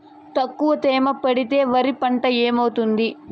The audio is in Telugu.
తక్కువ తేమ పెడితే వరి పంట ఏమవుతుంది